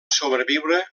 sobreviure